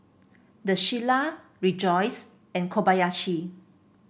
The Shilla Rejoice and Kobayashi